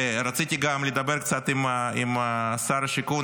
רציתי לדבר קצת עם שר השיכון,